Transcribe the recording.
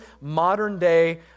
modern-day